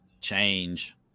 change